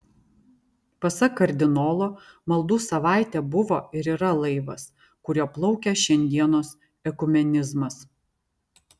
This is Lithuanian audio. pasak kardinolo maldų savaitė buvo ir yra laivas kuriuo plaukia šiandienos ekumenizmas